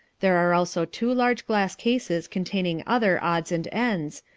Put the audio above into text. there are also two large glass cases containing other odds and ends,